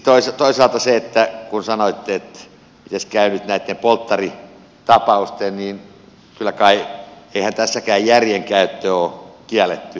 sitten toisaalta kun sanoitte että miten käy nyt näitten polttaritapausten niin eihän tässäkään järjen käyttö ole kielletty